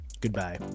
Goodbye